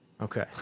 Okay